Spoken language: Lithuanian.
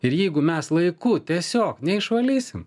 ir jeigu mes laiku tiesiog neišvalysim